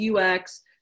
UX